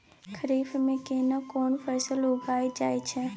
खरीफ में केना कोन फसल उगायल जायत छै?